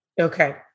Okay